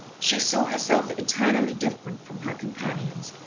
she saw herself eternally different from her companions,